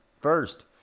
first